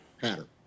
pattern